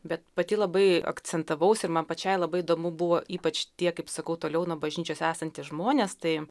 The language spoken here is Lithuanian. bet pati labai akcentavausi ir man pačiai labai įdomu buvo ypač tie kaip sakau toliau nuo bažnyčios esantys žmonės tai